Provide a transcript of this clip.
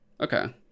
Okay